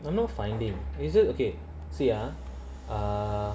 I'm not finding is isn't okay sia a